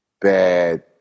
bad